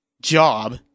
job